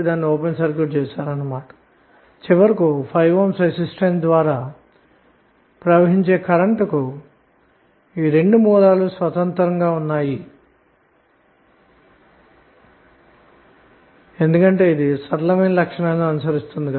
ఇలాగ రెండు సందర్భాలలో లభించిన కరెంటు విలువలు మొత్తము విలువ అన్నది చివరకు 5 Ohm రెసిస్టెన్స్ ద్వారా ప్రవహించే కరెంటు విలువ గా పరిగణించాము అన్న మాట ఎందుకంటే ఇది సరళ లక్షణాన్ని అనుసరిస్తుంది గనక